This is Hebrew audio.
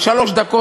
שלוש דקות,